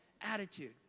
attitude